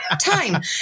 time